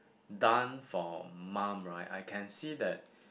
done for mum right I can see that